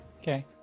okay